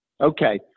Okay